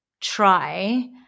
try